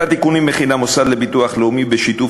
את התיקונים מכין המוסד לביטוח לאומי בשיתוף